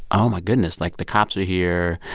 oh, my goodness. like, the cops are here.